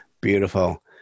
Beautiful